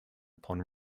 upon